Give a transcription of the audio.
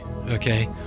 Okay